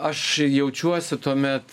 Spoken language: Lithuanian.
aš jaučiuosi tuomet